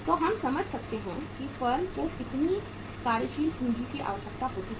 तो हम समझ सकते हैं कि फर्म को कितनी कार्यशील पूंजी की आवश्यकता हो सकती है